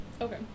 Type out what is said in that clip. Okay